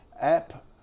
app